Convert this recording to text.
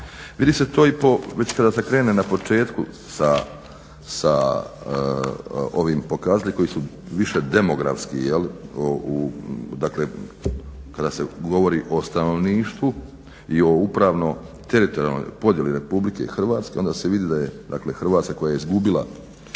Vidi se to i po, već kada se krene na početku sa ovim pokazateljima koji su više demografski, jel, dakle kada se govori o stanovništvu i o upravno-teritorijalnoj podjeli RH onda se vidi da je dakle Hrvatska koja je izgubila